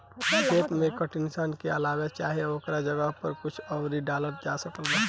खेत मे कीटनाशक के अलावे चाहे ओकरा जगह पर कुछ आउर डालल जा सकत बा?